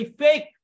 fake